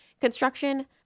Construction